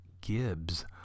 Gibbs